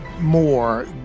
more